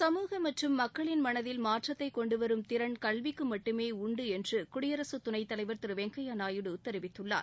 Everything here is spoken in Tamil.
சமூகம் மற்றும் மக்களின் மனதில் மாற்றத்தை கொண்டுவரும் திறன் கல்விக்கு மட்டுமே உண்டு என்று குடியரக துணைத் தலைவர் திரு வெங்கையா நாயுடு தெரிவித்துள்ளார்